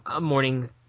morning